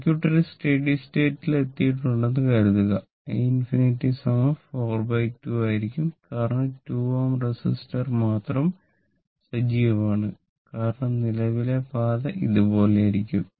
circuit ഒരു steady സ്റ്റേറ്റിൽ എത്തിയിട്ടുണ്ടെന്ന് കരുതുക i∞ 4 2 ആയിരിക്കും കാരണം 2 Ω റെസിസ്റ്റർ മാത്രം സജീവമാണ് കാരണം നിലവിലെ പാത ഇതുപോലെ ആയിരിക്കും